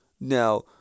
Now